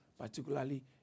particularly